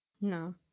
no